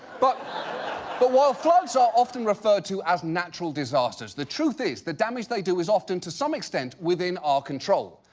but but, while floods are often referred to as natural disasters, the truth is the damage they do is often to some extent within our control.